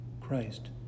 Christ